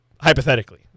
hypothetically